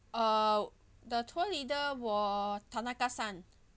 uh the tour leader was tanaka san